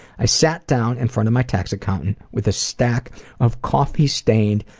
i sat down in front of my tax accountant with a stack of coffee stained,